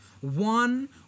one